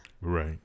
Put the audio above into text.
Right